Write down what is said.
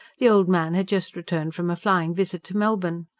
the old man had just returned from a flying visit to melbourne.